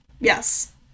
Yes